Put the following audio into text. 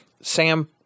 Sam